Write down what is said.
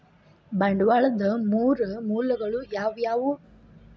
ಬಂಡವಾಳದ್ ಮೂರ್ ಮೂಲಗಳು ಯಾವವ್ಯಾವು?